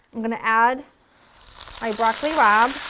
i'm going to add my broccoli